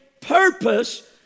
purpose